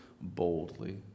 boldly